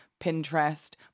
pinterest